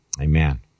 Amen